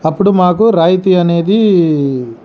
అప్పుడు మాకు రాయితీ అనేదీ